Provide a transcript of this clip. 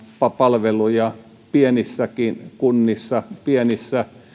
palveluja pienissäkin kunnissa pienissä